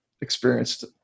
experienced